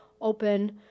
open